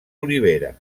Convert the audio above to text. olivera